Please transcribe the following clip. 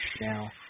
now